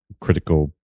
critical